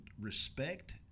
respect